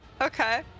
Okay